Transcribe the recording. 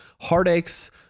heartaches